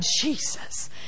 Jesus